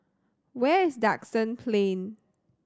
where is Duxton Plain